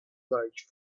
large